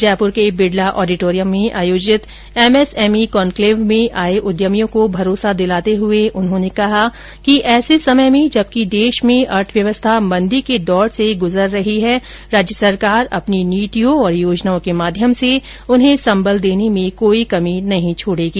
जयपुर के बिडला ऑडिटोरियम में आयोजित एमएसएमई कॉनक्लेव में आए उद्यमियों को भरोसा दिलाते हुए उन्होंने कहा कि ऐसे समय में जबकि देश में अर्थव्यवस्था मंदी के दौर से गुजर रही है राज्य सरकार अपनी नीतियों तथा योजनाओं के माध्यम से उन्हें संबल देने में कोई कमी नहीं र्छाड़ेगी